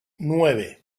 nueve